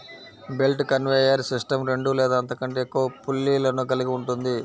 belt conveyor system రెండు లేదా అంతకంటే ఎక్కువ పుల్లీలను కలిగి ఉంటుంది